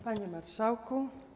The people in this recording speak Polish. Panie Marszałku!